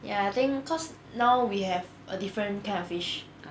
ya I think cause now we have a different kind of fish